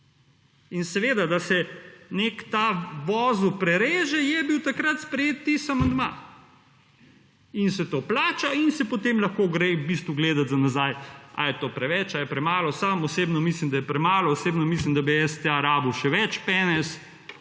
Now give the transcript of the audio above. Seveda, da se nek ta vozel prereže je bil takrat sprejet tisti amandma in se to plača in se, potem lahko gre v bistvu gledati za nazaj ali je to preveč ali je premalo. Sam osebno mislim, da je premalo, osebno mislim, da bi STA rabil še več penez,